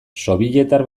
sobietar